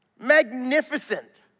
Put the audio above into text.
Magnificent